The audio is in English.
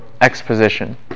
exposition